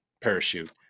parachute